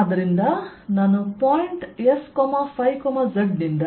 ಆದ್ದರಿಂದ ನಾನು point S Z ನಿಂದ